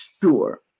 Sure